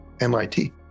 MIT